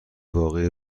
واقعی